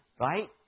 right